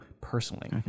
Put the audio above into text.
personally